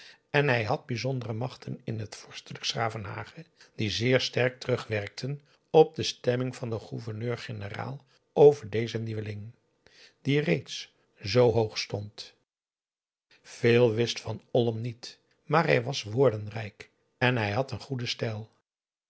en hij had bijzondere machten in het vorstelijk s gravenhage die zeer sterk terugwerkten op de stemming van den gouverneur-generaal over dezen nieuweling die reeds zoo hoog stond veel wist van olm niet maar hij was woordenrijk en hij had een goeden stijl